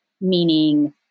meaning